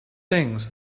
things